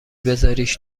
بزاریش